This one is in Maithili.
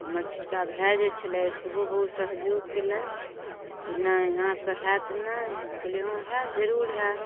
हमर छोटका भाय जे छलथि सेहो बहुत सहयोग कयलथि जे नहि अहाँके हैत नहि हम कहलियै हँ हैत जरूर हैत